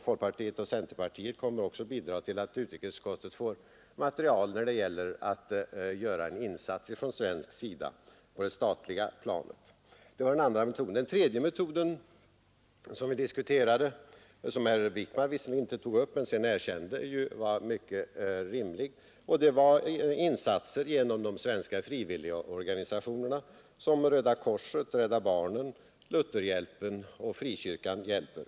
Folkpartiet och centerpartiet kommer att bidraga till att utrikesutskottet får material beträffande möjligheterna att göra en insats från svensk sida på det statliga planet. Den tredje metoden som vi diskuterade — som herr Wickman visserligen inte tog upp men senare erkände var mycket rimlig — gällde insatser genom de svenska frivilligorganisationerna såsom Röda korset, Rädda barnen, Lutherhjälpen och Frikyrkan hjälper.